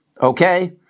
Okay